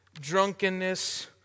drunkenness